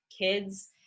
kids